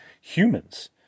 humans